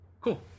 Cool